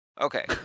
Okay